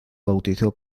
bautizó